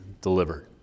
delivered